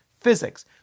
physics